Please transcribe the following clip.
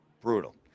Brutal